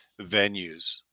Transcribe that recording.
venues